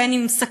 בין עם סכין,